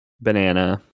banana